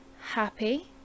happy